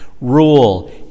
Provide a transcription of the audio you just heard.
Rule